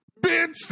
bitch